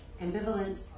ambivalent